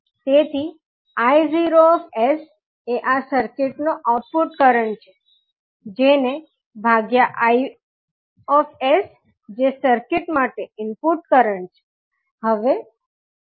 તેથી 𝐼0 𝑠 એ આ સર્કિટ નો આઉટપુટ કરંટ છે જેને ભાગ્યા 𝐼𝑖𝑠 જે સર્કિટ માટે ઇનપુટ કરંટ છે